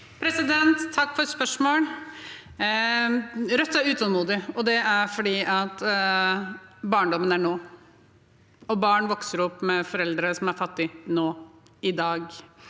Takk for spørsmål- et. Rødt er utålmodig, og det er fordi barndommen er nå. Barn vokser opp med foreldre som er fattige, nå – i dag.